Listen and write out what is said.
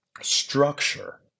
structure